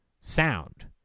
sound